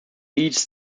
each